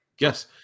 Yes